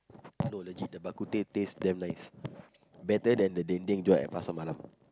no legit the bak-kut-teh taste damn nice better than the dendeng at Pasar Malam